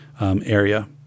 area